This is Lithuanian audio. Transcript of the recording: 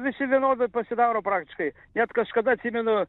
visi vienodai pasidaro praktiškai net kažkada atsimenu